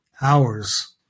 hours